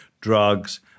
drugs